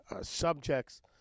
subjects